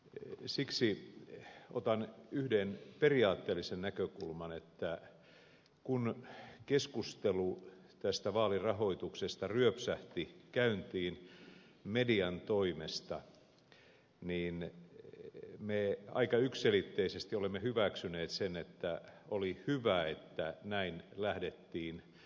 siksi otan yhden periaatteellisen näkökulman että kun keskustelu tästä vaalirahoituksesta ryöpsähti käyntiin median toimesta niin me aika yksiselitteisesti olemme hyväksyneet sen että oli hyvä että näin lähdettiin liikkeelle